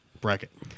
bracket